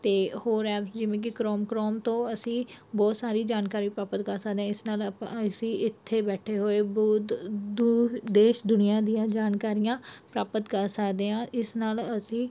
ਅਤੇ ਹੋਰ ਐਪਸ ਜਿਵੇਂ ਕਿ ਕਰੋਮ ਕਰੋਮ ਤੋਂ ਅਸੀਂ ਬਹੁਤ ਸਾਰੀ ਜਾਣਕਾਰੀ ਪ੍ਰਾਪਤ ਕਰ ਸਕਦੇ ਹਾਂ ਇਸ ਨਾਲ ਆਪਾਂ ਅਸੀਂ ਇੱਥੇ ਬੈਠੇ ਹੋਏ ਬਹੁਤ ਦੂਰ ਦੇਸ਼ ਦੁਨੀਆ ਦੀਆਂ ਜਾਣਕਾਰੀਆਂ ਪ੍ਰਾਪਤ ਕਰ ਸਕਦੇ ਹਾਂ ਇਸ ਨਾਲ ਅਸੀਂ